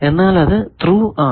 എന്നാൽ അത് ത്രൂ ആണ്